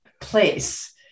place